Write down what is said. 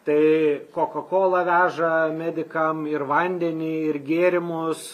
tai coca cola veža medikam ir vandenį ir gėrimus